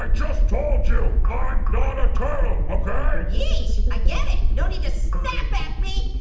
um just told you, i'm not a turtle, okay! yeesh, i get it. no need to snap at me.